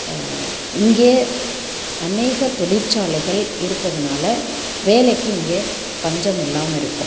இங்கே அநேக தொழிற்சாலைகள் இருப்பதுனால வேலைக்கு இங்கே பஞ்சம் இல்லாம இருக்கும்